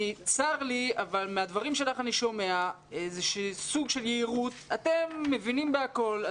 צר לי אבל מהדברים שלך אני שומע סוג של יהירות אתם מבינים בכול,